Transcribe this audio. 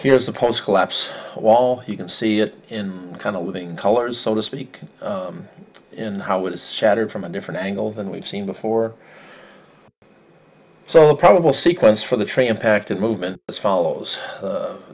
here is the post collapse wall you can see it in kind of moving colors so to speak in how it was shattered from a different angle than we've seen before so improbable sequence for the train impacted movement as follows the